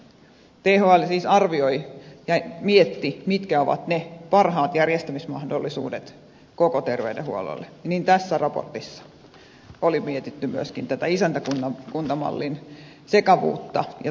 thl siis arvioi ja mietti mitkä ovat ne parhaat järjestämismahdollisuudet koko terveydenhuollolle ja tässä raportissa oli mietitty myöskin tätä isäntäkuntamallin sekavuutta ja toimimattomuutta